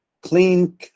clean